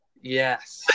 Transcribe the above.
yes